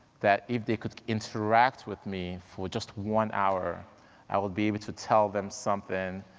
that if they could interact with me, for just one hour i would be able to tell them something,